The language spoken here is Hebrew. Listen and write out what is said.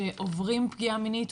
שעוברים פגיעה מינית,